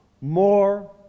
more